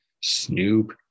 Snoop